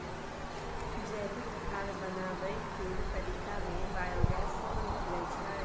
जैविक खाद बनाबै केर तरीका मे बायोगैस सेहो निकलै छै